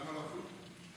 למה לקום?